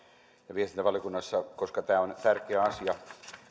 ja viestintävaliokunnassa koska tämä on tärkeä asia